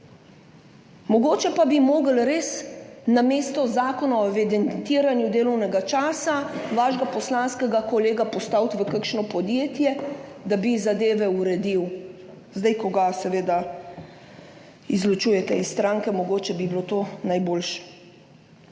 Mogoče pa bi morali res namesto zakona o evidentiranju delovnega časa vašega poslanskega kolega postaviti v kakšno podjetje, da bi uredil zadeve, zdaj, ko ga izločujete iz stranke, bi bilo mogoče to najboljše.